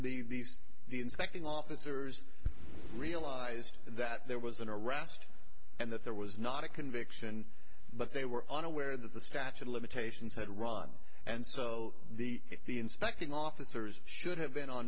these the inspecting officers realized that there was an arrest and that there was not a conviction but they were unaware that the statute of limitations had run and so the the inspecting officers should have been on